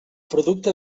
producte